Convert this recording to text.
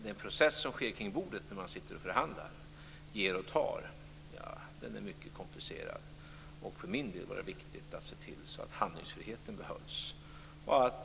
Den process som sker kring bordet när man sitter och förhandlar - ger och tar - är mycket komplicerad. För min del var det viktigt att se till att handlingsfriheten behölls.